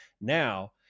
Now